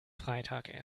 freitag